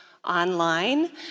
online